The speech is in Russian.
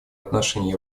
отношении